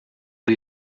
w’i